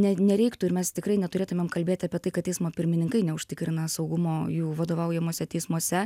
ne nereiktų ir mes tikrai neturėtumėm kalbėti apie tai kad teismo pirmininkai neužtikrina saugumo jų vadovaujamuose teismuose